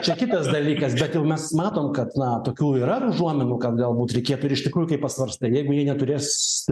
čia kitas dalykas bet jau mes matom kad na tokių yra užuominų kad galbūt reikėtų ir iš tikrųjų kai pasvarstai neturės